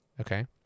Okay